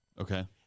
Okay